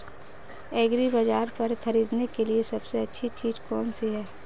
एग्रीबाज़ार पर खरीदने के लिए सबसे अच्छी चीज़ कौनसी है?